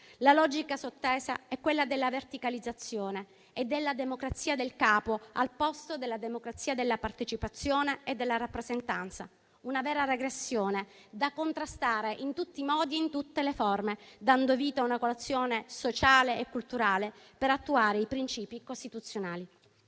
La logica sottesa è quella della verticalizzazione e della democrazia del capo al posto della democrazia della partecipazione e della rappresentanza: una vera regressione da contrastare in tutti i modi e in tutte le forme, dando vita a una coalizione sociale e culturale per attuare i princìpi costituzionali.